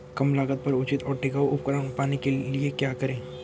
कम लागत पर उचित और टिकाऊ उपकरण पाने के लिए क्या करें?